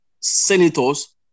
senators